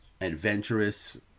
adventurous